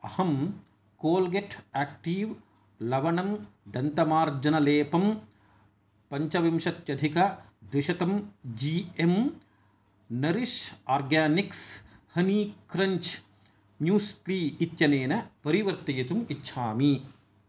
अहं Colgate Active लवणम् दन्तमार्जनलेपम् पञ्चविंश्त्यधिकद्विशतं G M Nourish Organics honey crunch muesli इत्यनेन परिवर्तयितुम् इच्छामि